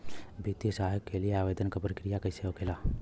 वित्तीय सहायता के लिए आवेदन क प्रक्रिया कैसे होखेला?